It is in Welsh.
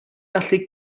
gallu